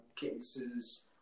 cases